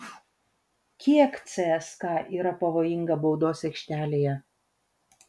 kiek cska yra pavojinga baudos aikštelėje